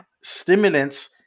Stimulants